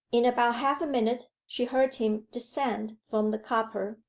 in about half-a-minute she heard him descend from the copper,